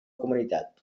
comunitat